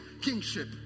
kingship